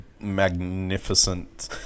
magnificent